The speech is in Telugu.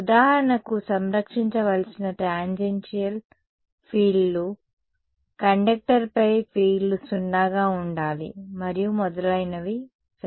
ఉదాహరణకు సంరక్షించవలసిన టాంజెన్షియల్ ఫీల్డ్లు కండక్టర్పై ఫీల్డ్లు సున్నాగా ఉండాలి మరియు మొదలైనవి సరే